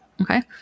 okay